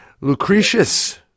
Lucretius